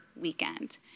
weekend